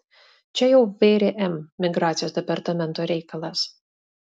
čia jau vrm migracijos departamento reikalas